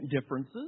differences